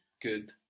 Good